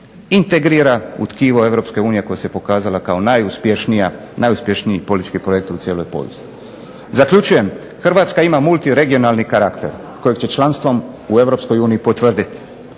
integrira u tkivo Europske unije koja se pokazala kao najuspješniji politički projekt u cijeloj povijesti. Zaključujem, Hrvatska ima multiregionalni karakter kojeg će članstvom u Europskoj uniji potvrditi.